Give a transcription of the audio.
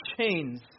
chains